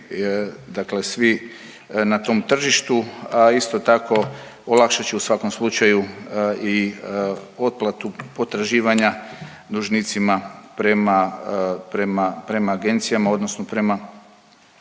dakle svi na tom tržištu, a isto tako olakšat će u svakom slučaju i otplatu potraživanja dužnicima prema agencijama, odnosno prema